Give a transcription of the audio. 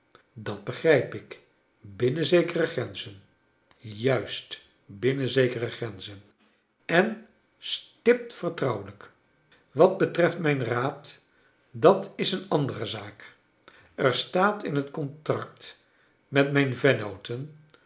dat begrijp ik binnen zekere grenzen juist binnen zekere grenzen en stipt vertrouwelijk wat betreft mijn raad dat is een andere zaak er staat in het contract met mrjn vennooten